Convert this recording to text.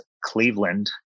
Cleveland